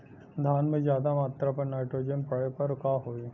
धान में ज्यादा मात्रा पर नाइट्रोजन पड़े पर का होई?